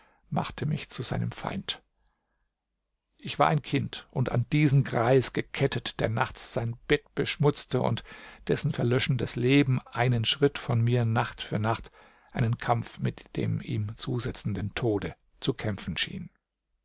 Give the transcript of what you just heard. machte mich zu seinem feind ich war ein kind und an diesen greis gekettet der nachts sein bett beschmutzte und dessen verlöschendes leben einen schritt von mir nacht für nacht einen kampf mit dem ihm zusetzenden tode zu kämpfen schien